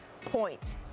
points